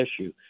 issue